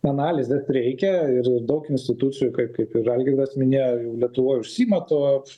analizės reikia ir daug institucijų kaip kaip ir algirdas minėjo jau lietuvoj užsiima tuo